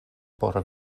por